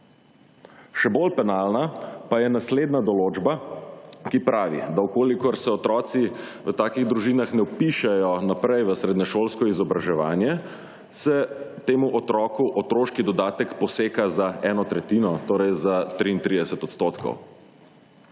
Še bolj penalna pa je naslednja določba, ki pravi, da v kolikor se otroci v takih družinah ne vpišejo naprej v srednješolsko izobraževanje, se temu otroku otroški dodatek poseka za eno tretjino, torej za 33 %.